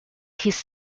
his